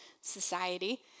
society